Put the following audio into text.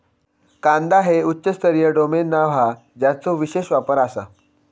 कांदा हे उच्च स्तरीय डोमेन नाव हा ज्याचो विशेष वापर आसा